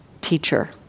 teacher